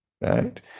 right